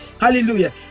Hallelujah